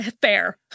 fair